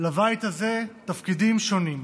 לבית הזה תפקידים שונים.